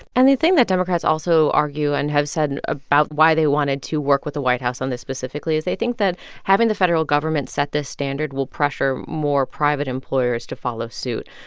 and the thing that democrats also argue and have said about why they wanted to work with the white house on this specifically is they think that having the federal government set this standard will pressure more private employers to follow suit.